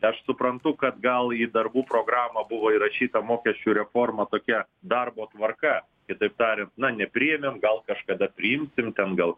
aš suprantu kad gal į darbų programą buvo įrašyta mokesčių reforma tokia darbo tvarka kitaip tariant na nepriėmėm gal kažkada priimsim ten gal